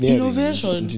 Innovation